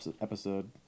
episode